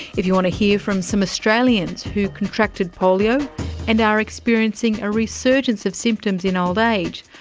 if you want to hear from some australians who contracted polio and are experiencing a resurgence of symptoms in old age,